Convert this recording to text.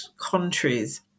countries